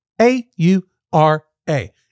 A-U-R-A